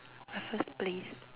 Raffles Place